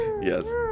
yes